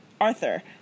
Arthur